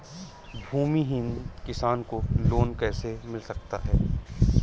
भूमिहीन किसान को लोन कैसे मिल सकता है?